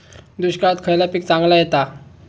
दुष्काळात खयला पीक चांगला येता?